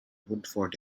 woodford